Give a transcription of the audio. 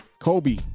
Kobe